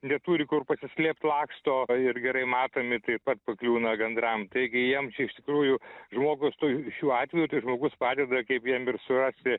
neturi kur pasislėpt laksto ir gerai matomi taip pat pakliūna gandram taigi jiems iš tikrųjų žmogus tu šiuo atveju tai žmogus padeda kaip jiem ir surasti